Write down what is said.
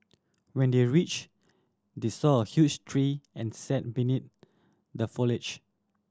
when they reached they saw a huge tree and sat beneath the foliage